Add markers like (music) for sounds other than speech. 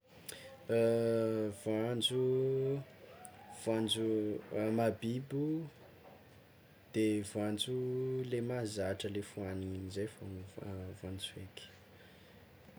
(hesitation) Voanjo, voanjo mahabibo, de voanjo le mahazatra le foanina regny, zay fôgna voanjo feky.